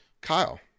Kyle